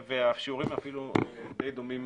והשיעורים אפילו די דומים,